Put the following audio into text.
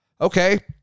Okay